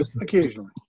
Occasionally